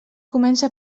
comença